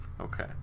Okay